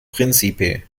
príncipe